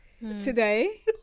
today